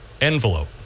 envelope